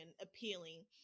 appealing